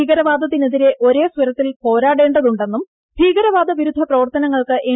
ഭീകരവാദത്തിനെതിരെ ഒരേ സ്വരത്തിൽ പോരാടേണ്ടതുണ്ടെന്നും ഭീകരവാദ വിരുദ്ധ പ്രവർത്തനങ്ങൾക്ക് എൻ